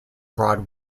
broad